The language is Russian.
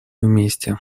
вместе